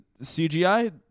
CGI